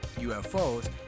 UFOs